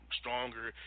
stronger